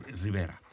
Rivera